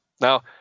Now